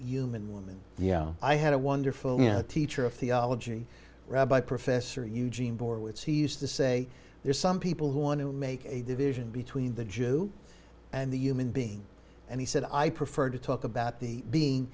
human woman i had a wonderful teacher of theology rabbi professor eugene bohr with seized to say there's some people who want to make a division between the jew and the human being and he said i prefer to talk about the being